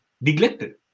neglected